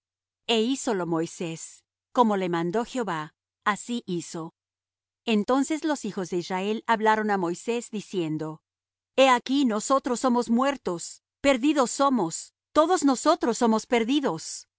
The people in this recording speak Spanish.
e hízolo moisés como le mandó jehová así hizo entonces los hijos de israel hablaron á moisés diciendo he aquí nosotros somos muertos perdidos somos todos nosotros somos perdidos